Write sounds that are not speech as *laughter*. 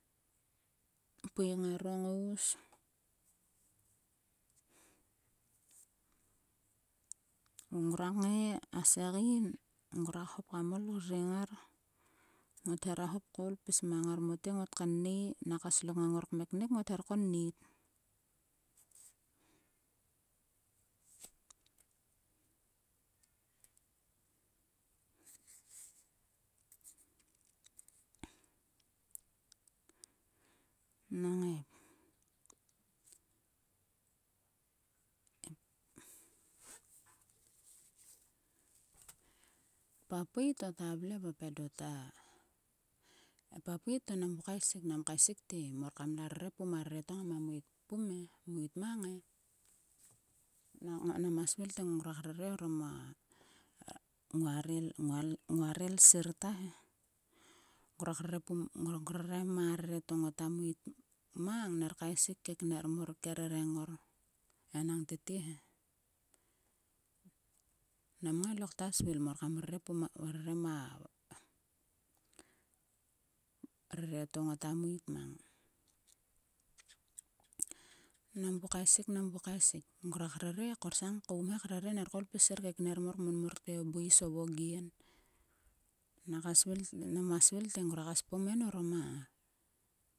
Pui ngaro ngous. Nrgruak ngai a segein. ngruak hop kam ol kruring ngar. Ngot hera hop koul kam ol pis mang ngar mote ngot kaenei. Naka slok ngang ngor kmeknik ngot her konnit. Nang e papui to ta vle vop edo ta. Epapui to nam vu kaesik. Nam kaesik te mor kam la reve to ngoma meit pum e *unintelligible* muit mang e. Nangko nama svil te mor kam rere mang nguare isir ta he. Ngruak rerepum *unintelligible* ngruak rere mang a rere to ngota meit mang. ner kaesik kekner mor. kerereng mor. Enang tete hehe. Nam ngai lokta svil mor kam rere pum *unintelligible* rere mang a rere to ngota meit mang. Nam vu kaesik. nam vu kaesik. Ngruak rere. korsang koum he krere ner koul pis sir kekner mor. kmon mor te o buis o vogien. Naka svil *unintelligible* nama svil te ngruaka spom en orom a.